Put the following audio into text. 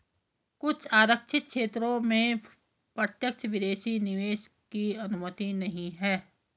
कुछ आरक्षित क्षेत्रों में प्रत्यक्ष विदेशी निवेश की अनुमति नहीं है